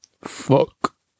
Fuck